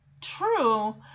true